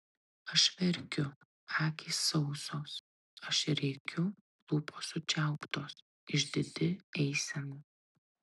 aš verkiu akys sausos aš rėkiu lūpos sučiauptos išdidi eisena